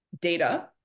data